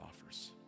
offers